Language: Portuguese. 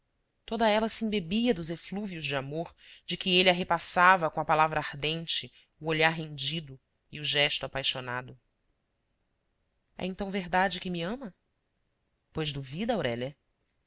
toda ela se embebia dos eflúvios de amor de que ele a repassava com a palavra ardente o olhar rendido e o gesto apaixonado é então verdade que me ama pois duvida aurélia